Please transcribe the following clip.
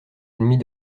ennemis